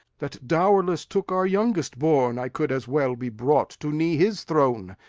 that dowerless took our youngest born, i could as well be brought to knee his throne,